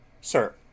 Sir